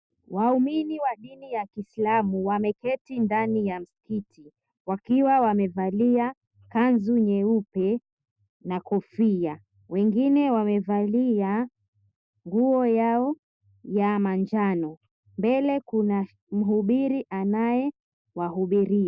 Waumini wa dini ya Kiislamu wameketi ndani ya msikiti wakiwa wamevalia kanzu nyeupe na kofia, wengine wamevalia nguo yao ya manjano mbele kuna mhubiri anaye wahubiria.